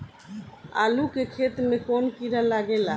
आलू के खेत मे कौन किड़ा लागे ला?